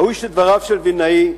ראוי שדבריו של וילנאי,